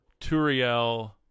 Turiel